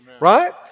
Right